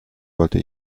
wollte